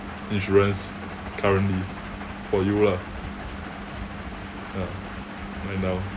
insurance currently for you lah ya right now